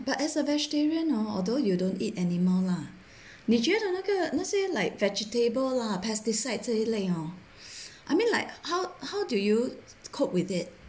but as a vegetarian hor although you don't eat anymore lah 你觉得那个那些 like vegetable lah pesticides 这一类 hor I mean like how how do you cope with it